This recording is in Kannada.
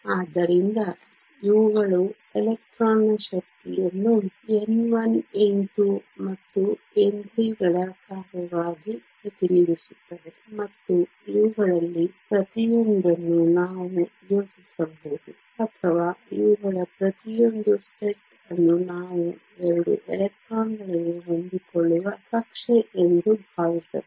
ಆದ್ದರಿಂದ ಇವುಗಳು ಎಲೆಕ್ಟ್ರಾನ್ನ ಶಕ್ತಿಯನ್ನು n1 n2 ಮತ್ತು n3 ಗಳ ಕಾರ್ಯವಾಗಿ ಪ್ರತಿನಿಧಿಸುತ್ತವೆ ಮತ್ತು ಇವುಗಳಲ್ಲಿ ಪ್ರತಿಯೊಂದನ್ನು ನಾವು ಯೋಚಿಸಬಹುದು ಅಥವಾ ಇವುಗಳ ಪ್ರತಿಯೊಂದು ಸೆಟ್ ಅನ್ನು ನಾವು 2 ಎಲೆಕ್ಟ್ರಾನ್ಗಳಿಗೆ ಹೊಂದಿಕೊಳ್ಳುವ ಕಕ್ಷೆಯೆಂದು ಭಾವಿಸಬಹುದು